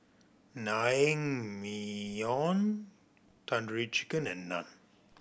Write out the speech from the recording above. Naengmyeon Tandoori Chicken and Naan